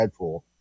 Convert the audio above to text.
Deadpool